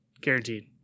Guaranteed